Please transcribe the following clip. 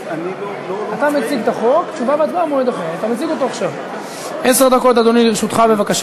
אדוני, עשר דקות לרשותך, בבקשה.